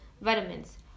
vitamins